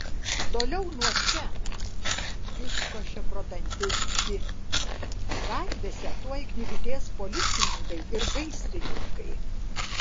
toliau nuo čia iškošė pro dantis di gatvėse tuoj knibždės policininkai ir gaisrininkai